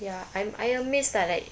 ya I'm amazed that like